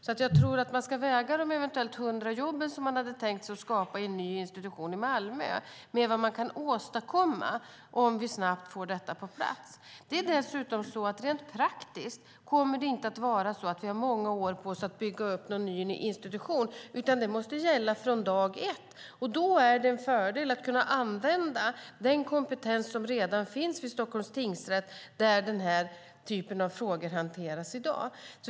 Jag tror därför att man ska väga de eventuella 100 jobb som man hade tänkt sig att skapa i en ny institution i Malmö med vad man kan åstadkomma om vi snabbt får detta på plats. Dessutom kommer vi rent praktiskt inte att ha många år på oss att bygga upp någon ny institution, utan detta måste gälla från dag ett. Då är det en fördel att kunna använda den kompetens som redan finns vid Stockholms tingsrätt där denna typ av frågor hanteras i dag.